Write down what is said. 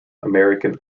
american